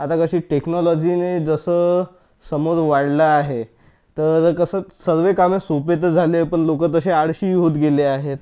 आता कशी टेक्नॉलॉजीने जसं समोर वाढलं आहे तर कसं सर्व कामे सोपे तर झाले आहे पण लोकं तसे आळशीही होत गेले आहेत